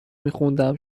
میخوندم